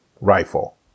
rifle